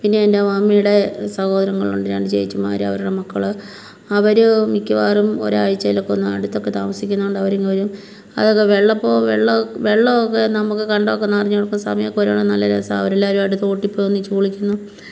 പിന്നെ എൻ്റെ മമ്മീടെ സഹോദരങ്ങളുണ്ട് രണ്ട് ചേച്ചിമാർ അവരുടെ മക്കൾ അവർ മിക്കവാറും ഒരാഴ്ച്ചെലൊക്കെ അടുത്തക്ക താമസിക്കുന്ന കൊണ്ട് അവരിങ് വരും അതൊക്കെ വെള്ളപൊ വെള്ളോ വെള്ളോക്കെ നമുക്ക് കണ്ടമൊക്കെ നിറഞ്ഞ് കിടക്കുന്ന സമയമൊക്കെ വരുവാണേൽ നല്ല രസമാണ് അവരെല്ലാവരും അവിടെ തോട്ടി പോയി ഒന്നിച്ച് കുളിക്കുന്നു